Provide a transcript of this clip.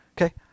Okay